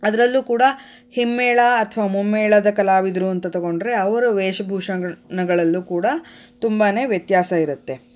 ಅದರಲ್ಲೂ ಕೂಡ ಹಿಮ್ಮೇಳ ಅಥವಾ ಮುಮ್ಮೇಳದ ಕಲಾವಿದರು ಅಂತ ತಗೊಂಡ್ರೆ ಅವರ ವೇಷಭೂಷಣಗಳಲ್ಲೂ ಕೂಡ ತುಂಬಾ ವ್ಯತ್ಯಾಸ ಇರತ್ತೆ